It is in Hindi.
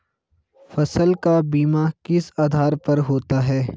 फसल का बीमा किस आधार पर होता है?